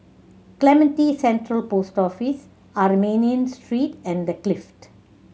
Clementi Central Post Office Armenian Street and The Clift